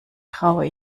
traue